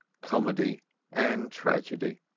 comedy and tragedy.